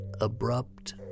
abrupt